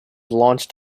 launched